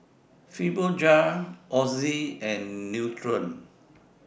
Fibogel Oxy and Nutren